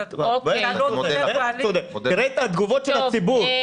אתה --- תראה את התגובות של הציבור.